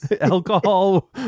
Alcohol